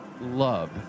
love